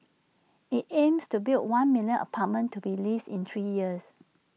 IT aims to build one million apartments to be leased in three years